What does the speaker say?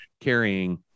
carrying